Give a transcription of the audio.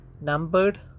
Numbered